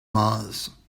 mars